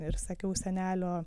ir sakiau senelio